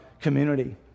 community